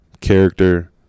character